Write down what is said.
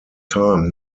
time